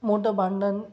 मोठं भांडन